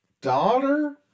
daughter